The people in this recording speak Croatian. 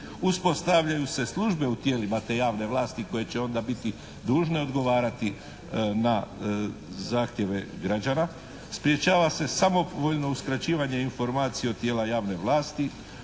uspostavljaju se službe u tijelima te javni vlasti koje će onda biti dužne odgovarati na zahtjeve građana, sprječava se samovoljno uskraćivanje informacija od tijela javne vlasti,